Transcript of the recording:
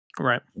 right